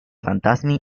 fantasmi